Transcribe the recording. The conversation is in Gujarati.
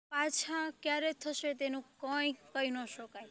પાછા ક્યારે થશે તેનો કંઇ કહી ન શકાય